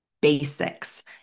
basics